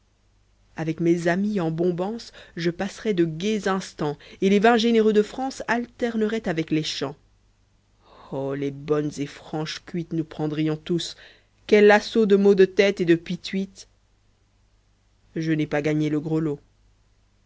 avec mes amis en bombance je passerais de gais instants et les vins généreux de france alterneraient avec les chants oh les bonnes et franches cuites nous prendrions tous quel assaut de maux de tête et de pituites je n'ai pas gagné le gros lot